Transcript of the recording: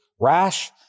rash